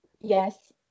Yes